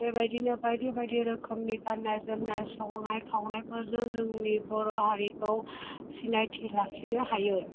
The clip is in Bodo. बेबायदिनो बायदि बायदि रोखोमनि गाननाय जोमनाय संनाय खावनायफोरजों जोंनि बर' हारिखौ सिनायथि लाखिनो हायो